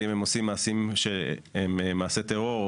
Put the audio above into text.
ואם הם עושים מעשים שהם מעשי טרור,